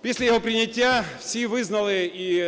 Після його прийняття всі визнали, і